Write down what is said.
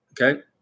Okay